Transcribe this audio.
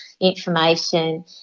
information